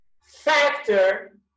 factor